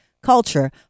culture